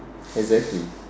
exactly